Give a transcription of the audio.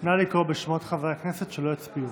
נא לקרוא בשמות חברי הכנסת שלא הצביעו.